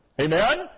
Amen